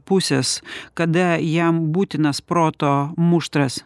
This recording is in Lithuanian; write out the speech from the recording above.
pusės kada jam būtinas proto muštras